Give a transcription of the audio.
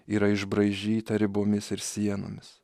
yra išbraižyta ribomis ir sienomis